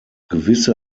gewisse